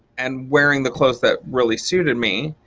and wearing the clothes that really suited me.